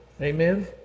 Amen